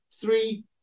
three